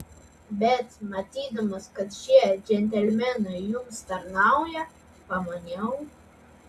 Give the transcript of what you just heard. bet matydamas kad šie džentelmenai jums tarnauja pamaniau